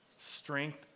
strength